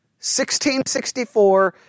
1664